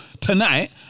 tonight